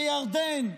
בירדן,